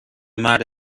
مرد